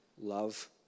love